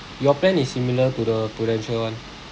your plan is similar to the prudential one